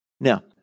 Now